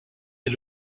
est